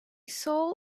soul